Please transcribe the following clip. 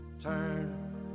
turn